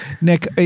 Nick